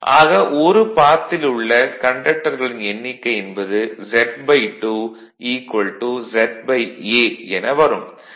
ஆக ஒரு பாத் ல் உள்ள கண்டக்டர்களின் எண்ணிக்கை என்பது Z2 ZA என வரும்